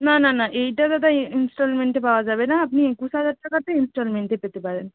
না না না এইটা দাদা ই ইনস্টলমেন্টে পাওয়া যাবে না আপনি একুশ হাজার টাকারটা ইনস্টলমেন্টে পেতে পারেন